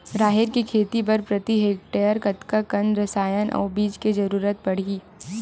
राहेर के खेती बर प्रति हेक्टेयर कतका कन रसायन अउ बीज के जरूरत पड़ही?